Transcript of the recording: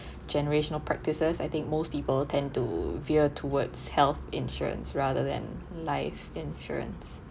generational practices I think most people tend to veer towards health insurance rather than life insurance